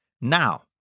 Now